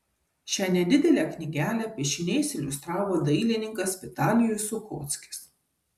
šią nedidelę knygelę piešiniais iliustravo dailininkas vitalijus suchockis